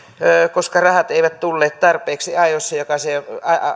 koska rahat eivät tulleet tarpeeksi